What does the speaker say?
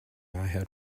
had